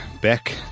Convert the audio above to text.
back